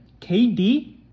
KD